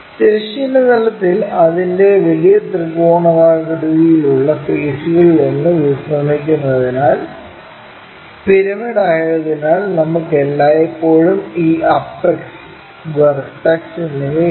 തിരശ്ചീന തലത്തിൽ അതിന്റെ വലിയ ത്രികോണാകൃതിയിലുള്ള ഫെയ്സ്സുകളിൽ ഒന്നിൽ വിശ്രമിക്കുന്നതിനാൽ പിരമിഡായതിനാൽ നമുക്ക് എല്ലായ്പ്പോഴും ഈ അപെക്സ് വെർട്ടക്സ് എന്നിവയുണ്ട്